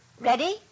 Ready